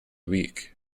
week